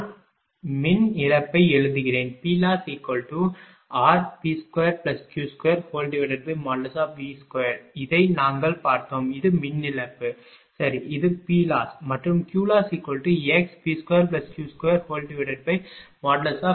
நான் மின் இழப்பை எழுதுகிறேன் PLossrP2Q2V2 இதை நாங்கள் பார்த்தோம் இது மின் இழப்பு சரி இது PLoss மற்றும் QLossxP2Q2V2